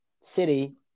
City